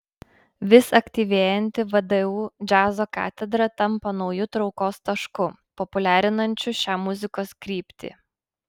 vis aktyvėjanti vdu džiazo katedra tampa nauju traukos tašku populiarinančiu šią muzikos kryptį